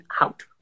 out